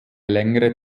längere